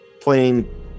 playing